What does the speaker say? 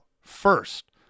First